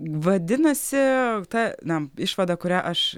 vadinasi ta na išvada kurią aš